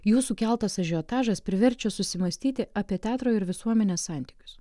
jų sukeltas ažiotažas priverčia susimąstyti apie teatro ir visuomenės santykius